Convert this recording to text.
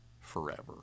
forever